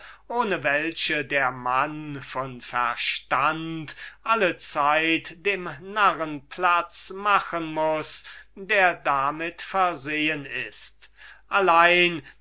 ohne welche der mann von verstand in der welt allezeit dem narren platz machen muß der damit versehen ist allein